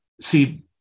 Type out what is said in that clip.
See